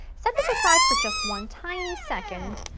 set this aside for just one tiny second.